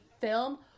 film